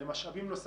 במשאבים נוספים,